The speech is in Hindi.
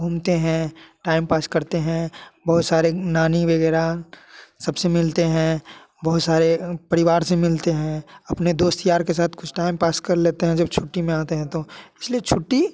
घूमते हैं टाइम पास करते हैं बहुत सारे नानी वगैरह सबसे मिलते हैं बहुत सारे परिवार से मिलते हैं अपने दोस्त यार के साथ कुछ टाइम पास कर लेते हैं जब छुट्टी में आते हैं तो इसलिए छुट्टी